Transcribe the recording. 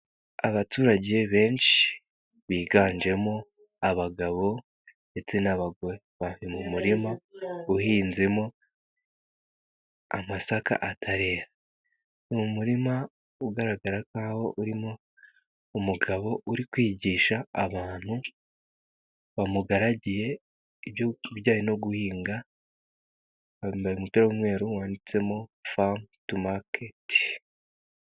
Abaturage benshi biganjemo abagabo ndetse n'abagore bari mu murima uhinzemo amasaka atarera. Ni umurima ugaragara nk'aho urimo umugabo uri kwigisha abantu bamugaragiye ibijyanye no guhinga mu yambaye umupira w'umweru wanditsemo famu tu maketi.